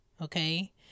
okay